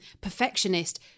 perfectionist